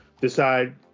decide